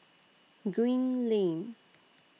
Green Lane